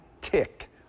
tick